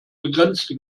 begrenzte